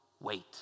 wait